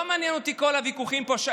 לא מעניין אותי כל הוויכוחים פה.